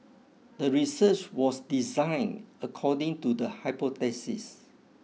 the research was designed according to the hypothesis